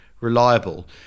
reliable